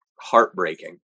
heartbreaking